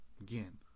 Again